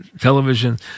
television